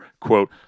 quote